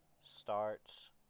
starts